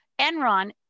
Enron